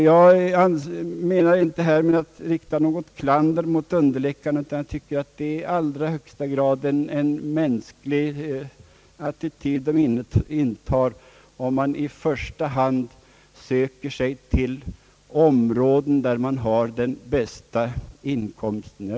Jag avser inte härmed att rikta något klander mot underläkarna. Jag tycker det är i allra högsta grad en mänsklig attityd läkarna intar, om man i första hand söker sig till områden där de får den bästa inkomsten.